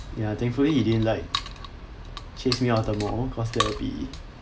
ya thankfully he didn't like chase me out of the mall cause that will be